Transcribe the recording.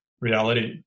reality